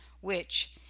which